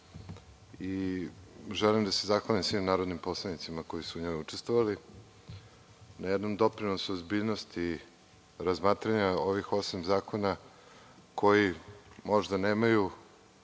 Želim da se zahvalim svim narodnim poslanicima koji su u njoj učestvovali, na jednom doprinosu ozbiljnosti razmatranja ovih osam zakona koji možda nemaju